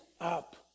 up